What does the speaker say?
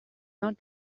not